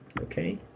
Okay